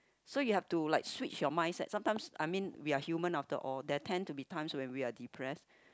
so you have to like switch your mindset sometime I mean we are human of the all they tend to be times when we are depress